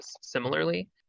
similarly